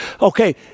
okay